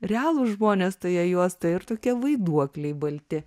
realūs žmonės toje juostoje ir tokie vaiduokliai balti